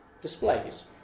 displays